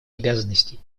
обязанностей